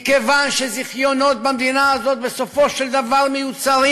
מכיוון שזיכיונות במדינה הזאת בסופו של דבר מיוצרים